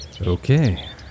Okay